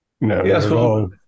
No